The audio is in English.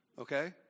Okay